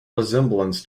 resemblance